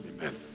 amen